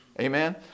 Amen